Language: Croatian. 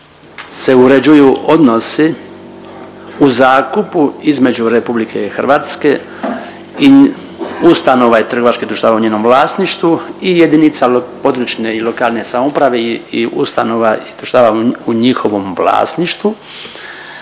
se uređuju odnosi u zakupu između RH i ustanova i trgovačkih društava u njenom vlasništvu i jedinica područne i lokalne samouprave i ustanova šta je u njihovom vlasništvu.